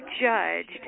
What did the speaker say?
judged